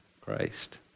Christ